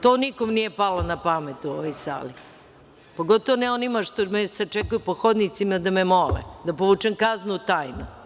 To nikom nije palo na pamet u ovoj sali, pogotovo onima što me sačekuju u hodnicima da me mole da povučem kaznu, tajno.